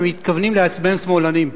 הם מתכוונים לעצבן שמאלנים.